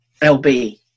LB